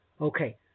Okay